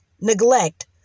neglect